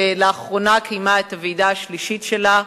שלאחרונה קיימה את הוועידה השלישית שלה.